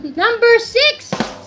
number six?